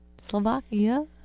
Slovakia